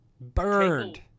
Burned